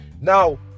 Now